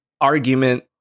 argument